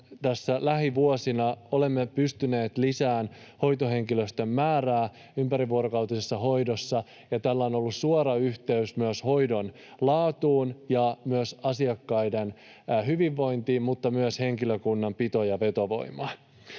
lähivuosina olemme pystyneet lisäämään hoitohenkilöstön määrää ympärivuorokautisessa hoidossa, ja tällä on ollut suora yhteys myös hoidon laatuun ja myös asiakkaiden hyvinvointiin mutta myös henkilökunnan pito- ja vetovoimaan.